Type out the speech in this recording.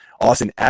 Austin